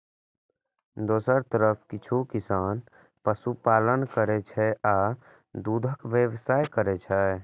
दोसर तरफ किछु किसान पशुपालन करै छै आ दूधक व्यवसाय करै छै